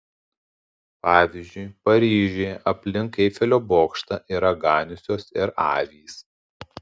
pavyzdžiui paryžiuje aplink eifelio bokštą yra ganiusios ir avys